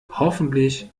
hoffentlich